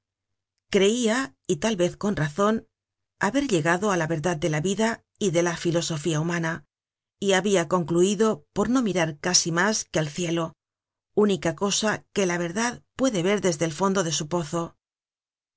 creia y tal vez con razon haber llegado á la verdad de la vida y de la filosofía humana y habia concluido por no mirar casi mas que al cielo única cosa que la verdad puede ver desde el fondo de su pozo